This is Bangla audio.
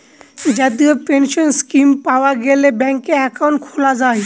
জাতীয় পেনসন স্কীম পাওয়া গেলে ব্যাঙ্কে একাউন্ট খোলা যায়